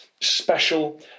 special